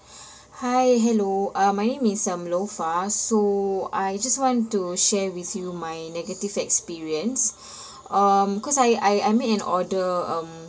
hi hello uh my name is um lofa so I just want to share with you my negative experience um cause I I I made an order um